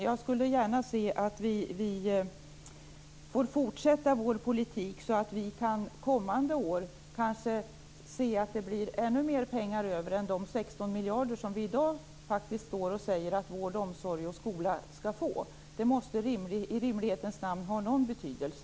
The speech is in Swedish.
Jag skulle gärna se att vi får fortsätta vår politik så att vi kommande år kanske kan se att det blir ännu mer pengar över än de 16 miljarder som vi i dag faktiskt säger att vård, omsorg och skola skall få. Det måste i rimlighetens namn ha någon betydelse.